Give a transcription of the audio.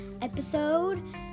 episode